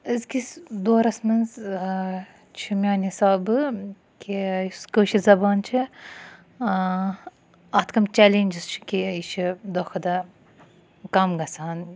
أزکِس دورَس مَنٛز چھِ میانہِ حِسابہٕ کہِ یُس کٲشِر زَبان چھَ اتھ کَم چیلینجِز چھِ کہِ یہِ چھِ دۄہ کھۄتہٕ دۄہ کَم گَژھان